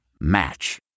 Match